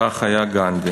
כך היה גנדי.